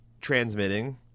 transmitting